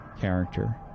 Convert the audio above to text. character